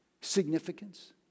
significance